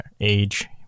age